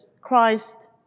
Christ